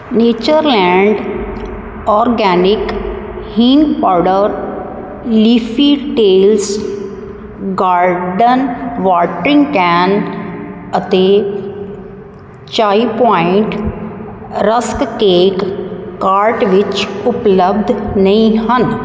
Natureland organic hing powder Leafy Tales garden watering can ਅਤੇ Chai Point rusk cake cart ਵਿੱਚ ਉਪਲੱਬਧ ਨਹੀਂ ਹਨ